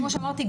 כמו שאמרתי,